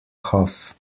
huff